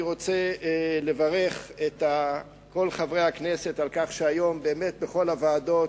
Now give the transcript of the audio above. אני רוצה לברך את כל חברי הכנסת על כך שהנושא הזה עלה היום בכל הוועדות,